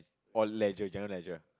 or general